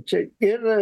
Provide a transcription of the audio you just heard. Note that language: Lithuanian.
čia ir